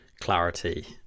clarity